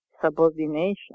subordination